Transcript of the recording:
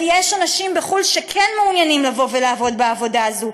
ויש אנשים בחו"ל שכן מעוניינים לבוא ולעבוד בעבודה הזאת.